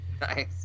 Nice